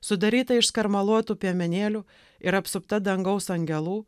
sudaryta iš skarmaluotų piemenėlių ir apsupta dangaus angelų